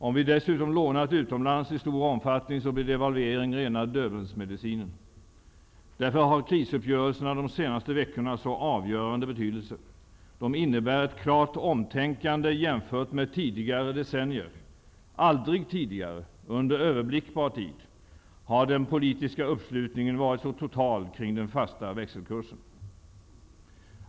Om vi dessutom lånat utomlands i stor omfattning blir devalvering rena Döbelnsmedicinen. Därför har krisuppgörelserna de senaste veckorna en så avgörande betydelse. De innebär ett klart omtänkande jämfört med tidigare decennier. Aldrig tidigare — under överblickbar tid — har den politiska uppslutningen varit så total kring den fasta växelkursen.